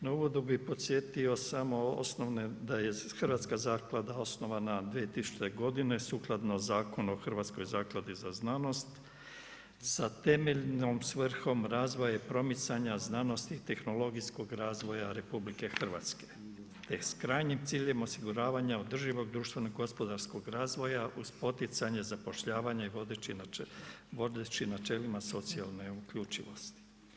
No, uvodno bih podsjetio samo osnovne, da je Hrvatska zaklada osnovana 2000. godine sukladno Zakonu o Hrvatskoj zakladi za znanost sa temeljnom svrhom razvoja i promicanja znanosti i tehnologijskog razvoja Republike Hrvatske te s krajnjim ciljem osiguravanja održivog društveno-gospodarskog razvoja uz poticanje zapošljavanja i vodeći načelima socijalne uključivosti.